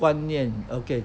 观念 okay